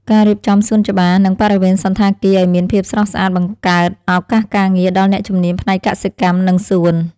ការរៀបចំសួនច្បារ និងបរិវេណសណ្ឋាគារឱ្យមានភាពស្រស់ស្អាតបង្កើតឱកាសការងារដល់អ្នកជំនាញផ្នែកកសិកម្ម និងសួន។